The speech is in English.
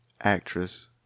Actress